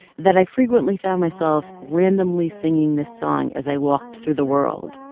that i frequently found myself randomly singing this song as i walked through the world.